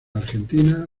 argentina